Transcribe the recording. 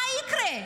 מה יקרה?